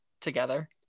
together